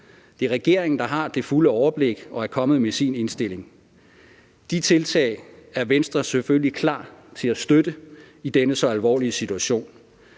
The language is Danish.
Det er regeringen, der har det fulde overblik og er kommet med sin indstilling. De tiltag er Venstre selvfølgelig klar til at støtte i denne så alvorlige situation.